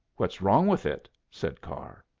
what's wrong with it? said carr.